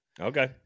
okay